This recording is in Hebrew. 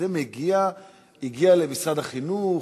זה הגיע למשרד החינוך?